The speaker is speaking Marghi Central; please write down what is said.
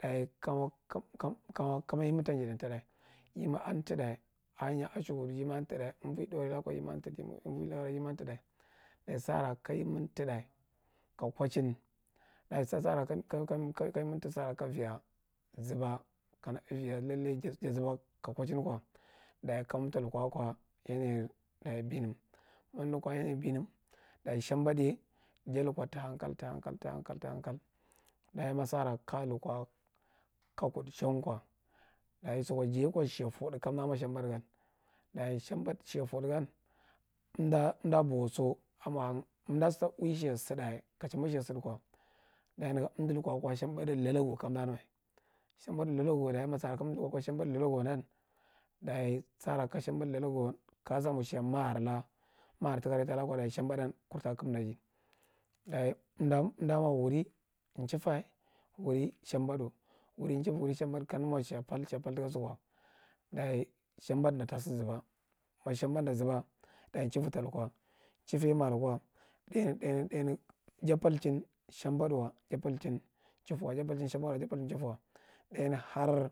dayi kama kama kama kama yimi an ntadai asinya ashulkud yimi an ntaɗa anvwi ɗaure laka kwa yima ntaɗa, avni la yimi antaɗa. Dayi sara ka yimi ntad ka kwachin sara ka aviya zuba, kana aviya lalle ja zuba ka kwachin kwa, dayi kamta lukwa akwa yanayin binam mamdo lukwa yanayina binam, dayi shambaɗu ye, ja lukwa ta hankal to hankal ta hankal ta hankal, dayi ma sara kaya lukwa ka kuɗ shang kwa, dayi sukwa jaye kwa shiya fodu kamda mwa shambad gan, dayi shambad shiya fodin gan amda amda bu wa so a mwa hang, amda sa ui shiya saɗa ka chimba shiya soda kwa, dayi nagan amda lukwa shambdir lalago kama nu’a. shambadur lalago, dayi mamdo lukwa shambaɗir lalago ndan, ayi sara ka shambadir lalago ka sa mwa shiya maar la, maar tafa reta laka kwa dayi shambaɗan kunla kamda ji. Dayi amda mwa wuri nchifa, wari shambadūwuri nchifa, wuri shambaɗu, kamda mwa shiya shambad nda ta sa zuba ma shambad nda ta sa zuba, ma shambd nda zuba dani nchinfa talkwa, chifa ye mal kwa dairy-ɗainya-ɗainya, ja palchin shambakwa ja palchin nchifa waja palchi nchin wa, ɗainya har…